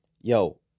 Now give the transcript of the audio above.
yo